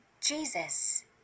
Jesus